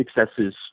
successes